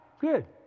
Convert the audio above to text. good